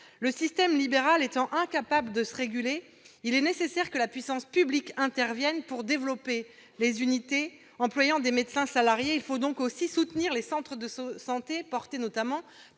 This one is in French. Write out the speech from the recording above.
Le système libéral étant incapable de se réguler, il est nécessaire que la puissance publique intervienne pour développer les unités employant des médecins salariés. Il faut donc aussi soutenir les centres de santé, portés notamment